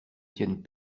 tiennent